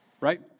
right